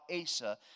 Asa